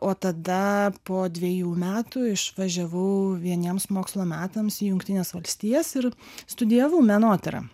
o tada po dvejų metų išvažiavau vieniems mokslo metams į jungtines valstijas ir studijavau menotyrą